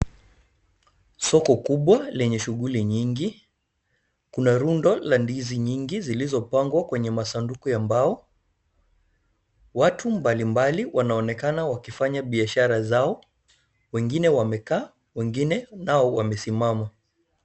Soko kubwa lenye shughuli nyingi. Kuna rundo la ndizi nyingi zilizopangwa kwenye masanduku ya mbao. Watu mbali mbali wanaonekana wakifanya biashara zao, wengine wamekaa, wengine nao wamesimama.